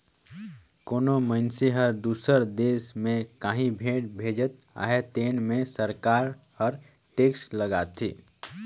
कोनो मइनसे हर दूसर देस में काहीं भेंट भेजत अहे तेन में सरकार हर टेक्स लगाथे